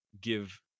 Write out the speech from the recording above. give